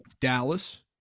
Dallas